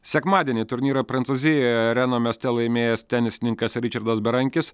sekmadienį turnyrą prancūzijoje reno mieste laimėjęs tenisininkas ričardas berankis